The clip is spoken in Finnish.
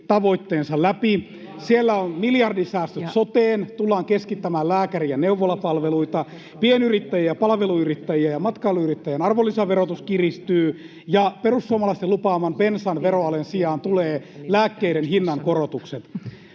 Ei, ei!] Siellä on miljardisäästöt soteen, tullaan keskittämään lääkäri- ja neuvolapalveluita, pienyrittäjien ja palveluyrittäjien ja matkailuyrittäjien arvonlisäverotus kiristyy, ja perussuomalaisten lupaaman bensan veroalen sijaan tulee lääkkeiden hinnankorotukset.